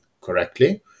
correctly